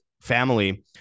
family